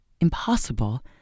Impossible